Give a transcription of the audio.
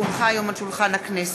כי הונחו היום על שולחן הכנסת,